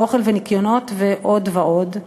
אוכל וניקיונות ועוד ועוד,